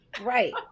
Right